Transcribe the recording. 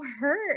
hurt